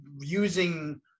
using